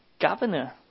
governor